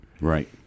Right